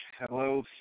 Hello